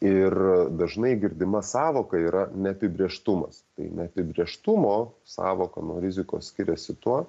ir dažnai girdima sąvoka yra neapibrėžtumas tai neapibrėžtumo sąvoka nuo rizikos skiriasi tuo